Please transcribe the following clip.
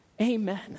amen